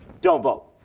don't vote.